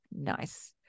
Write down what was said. Nice